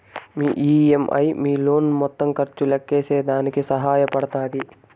మీ EMI మీ loan మొత్తం ఖర్చు లెక్కేసేదానికి సహాయ పడతాది